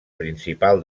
principal